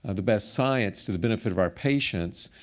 ah the best science, to the benefit of our patients,